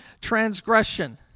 Transgression